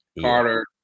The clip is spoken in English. Carter